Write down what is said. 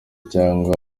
cyangwa